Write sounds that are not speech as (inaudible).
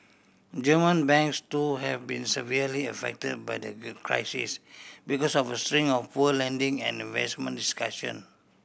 German banks too have been severely affect by the (unintelligible) crisis because of a string of poor lending and investment decision